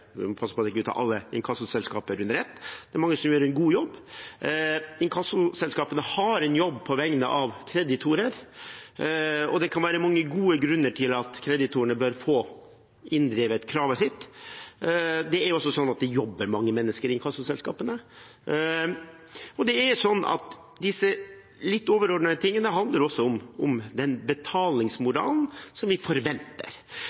mange som gjør en god jobb. Inkassoselskapene har en jobb på vegne av kreditorer, og det kan være mange gode grunner til at kreditorene bør få inndrevet kravet sitt. Det jobber mange mennesker i inkassoselskapene, og det er sånn at disse litt overordnede tingene handler om den betalingsmoralen som vi forventer.